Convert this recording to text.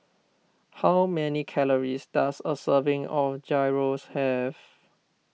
how many calories does a serving of Gyros have